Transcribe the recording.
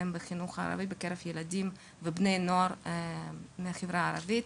הם בקרב ילדים ובני נוער מהחברה הערבית.